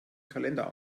kalender